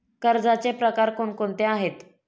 कर्जाचे प्रकार कोणकोणते आहेत?